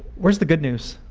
where's the good news?